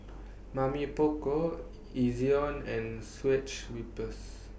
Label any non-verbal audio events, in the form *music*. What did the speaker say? Mamy Poko Ezion and switch *unintelligible*